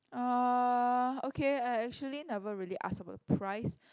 uh okay I actually never really ask about the price